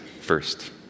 first